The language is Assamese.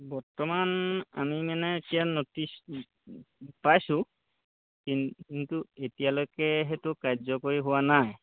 বৰ্তমান আমি মানে এতিয়া ন'টিচ পাইছোঁ কিন্তু এতিয়ালৈকে সেইটো কাৰ্যকৰী হোৱা নাই